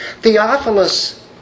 Theophilus